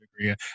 degree